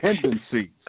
tendencies